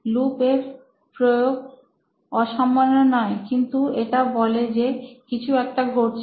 loop এর প্রয়োগ অসামান্য নয় কিন্তু এটা বলে যে কিছু একটা ঘটছে